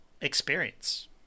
experience